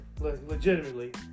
legitimately